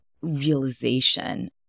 realization